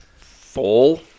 full